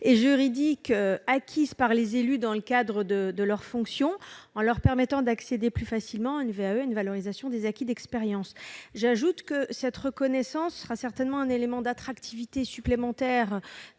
et juridiques acquises par les élus dans le cadre de leurs fonctions en leur permettant d'accéder plus facilement à une VAE, une valorisation des acquis de l'expérience. Cette reconnaissance constituera certainement un élément d'attractivité supplémentaire